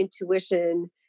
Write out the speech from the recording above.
intuition